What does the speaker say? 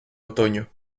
otoño